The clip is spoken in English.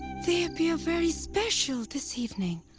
they appear very special this evening.